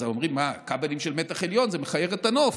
אז אומרים: כבלים של מתח עליון זה מכער את הנוף,